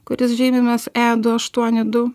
kuris žymimas e du aštuoni du